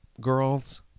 girls